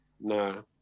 no